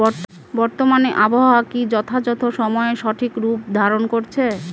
বর্তমানে আবহাওয়া কি যথাযথ সময়ে সঠিক রূপ ধারণ করছে?